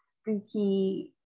spooky